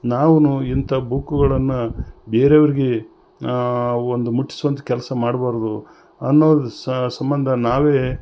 ನಾವು ಇಂಥ ಬುಕ್ಕುಗಳನ್ನ ಬೇರೆವ್ರಿಗೆ ಒಂದು ಮುಟ್ಸುವಂಥ ಕೆಲಸ ಮಾಡಬಾರ್ದು ಅನ್ನೋದು ಸಂಬಂಧ ನಾವೇ